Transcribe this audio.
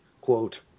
quote